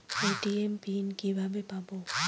ATM PIN কিভাবে পাবো?